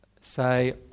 Say